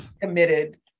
committed